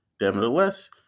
nevertheless